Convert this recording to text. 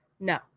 No